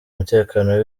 umutekano